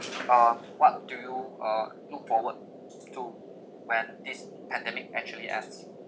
uh what do you uh look forward to when this pandemic actually ends